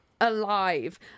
alive